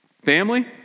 Family